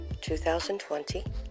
2020